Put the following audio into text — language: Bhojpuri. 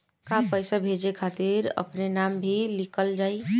का पैसा भेजे खातिर अपने नाम भी लिकल जाइ?